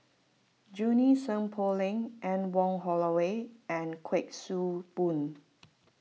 Junie Sng Poh Leng Anne Wong Holloway and Kuik Swee Boon